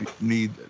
need